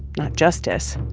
not justice.